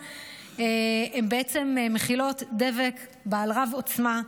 מכילות דבק רב-עוצמה,